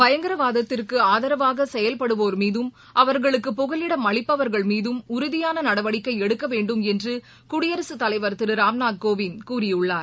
பயங்கரவாதத்திற்குஆதரவாகசெயவ்படுவோர் மீதும் அவர்களுக்கு புகலிடம் அளிப்பவர்கள் மீதம் உறுதிபானநடவடிக்கைஎடுக்கவேண்டும் என்றுகுடியரசுத் தலைவர் திருராம்நாத் கோவிந்த் கூறியுள்ளார்